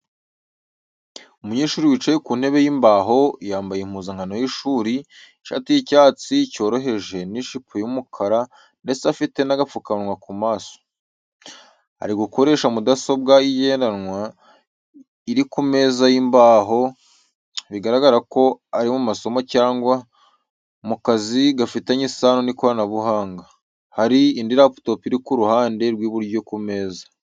Umunyeshuri wicaye ku ntebe y’imbaho, yambaye impuzankano y’ishuri, ishati y’icyatsi cyoroheje n’ijipo y’umukara, ndetse afite agapfukamunwa ku maso. ari gukoresha mudasobwa igendanwa, iri ku meza y’imbaho, bigaragara ko ari mu masomo cyangwa mu kazi gafitanye isano n’ikoranabuhanga. Hari indi laptop iri ku ruhande rw’iburyo ku meza.